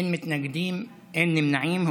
אין מתנגדים, אין נמנעים.